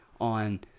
on